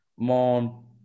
Mon